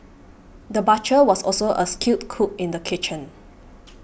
the butcher was also a skilled cook in the kitchen